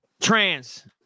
Trans